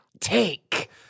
take